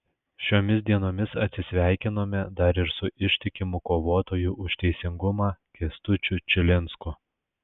šiomis dienomis atsisveikinome dar ir su ištikimu kovotoju už teisingumą kęstučiu čilinsku